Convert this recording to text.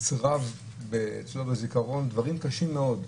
נצרבו אצלו בזיכרון דברים קשים מאוד,